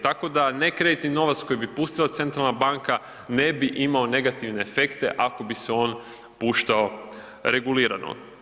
Tako da ne kreditni novac koji bi pustila centralna banka ne bi imao negativne efekte ako bi se on puštao regulirano.